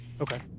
Okay